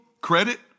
credit